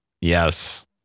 Yes